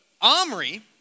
Omri